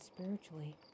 spiritually